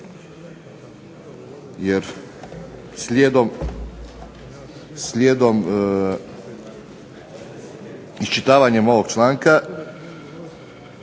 Jer slijedom iščitavanjem ovog članka,